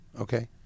okay